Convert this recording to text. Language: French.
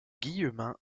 guillemin